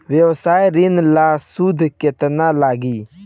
व्यवसाय ऋण ला सूद केतना लागी?